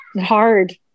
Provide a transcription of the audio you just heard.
hard